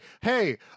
Hey